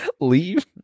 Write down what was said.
Leave